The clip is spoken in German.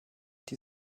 die